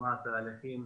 וקידמה תהליכים.